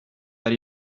that